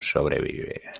sobrevive